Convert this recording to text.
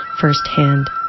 firsthand